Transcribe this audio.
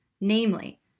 namely